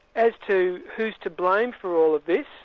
as to who's to blame for all of this,